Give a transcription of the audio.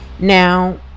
now